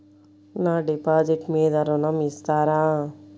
నా డిపాజిట్ మీద ఋణం ఇస్తారా?